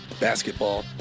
basketball